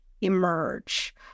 emerge